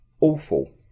awful